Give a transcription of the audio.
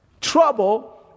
trouble